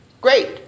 great